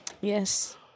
Yes